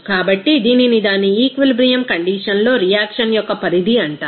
కాబట్టి దీనిని దాని ఈక్విలిబ్రియమ్ కండిషన్ లో రియాక్షన్ యొక్క పరిధి అంటారు